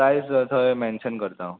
prize थंय mention करता